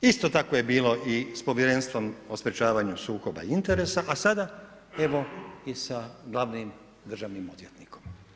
Isto tako je bilo i sa Povjerenstvom o sprječavanju sukoba interesa a sada evo i sa glavnim državnim odvjetnikom.